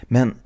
Men